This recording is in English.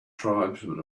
tribesmen